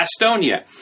Estonia